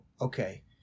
okay